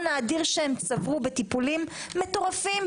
האדיר שהם צברו בטיפולים מטורפים,